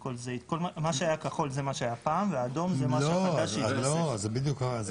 מה שהוא מראה זה לא גריעה.